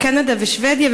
קנדה ושבדיה,